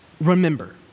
remember